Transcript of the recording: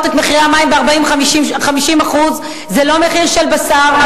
את מחירי המים ב-40% 50%. זה לא מחיר של בשר.